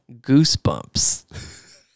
goosebumps